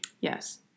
Yes